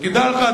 תדע לך,